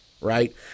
right